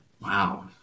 Wow